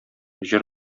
җыр